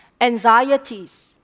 anxieties